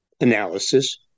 analysis